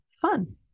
fun